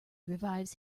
revives